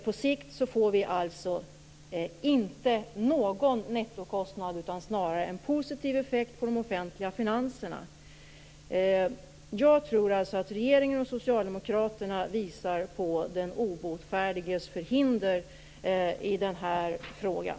På sikt blir det alltså inte någon nettokostnad utan snarare en positiv effekt på de offentliga finanserna. Jag tror att regeringen och socialdemokraterna visar på den obotfärdiges förhinder i den här frågan.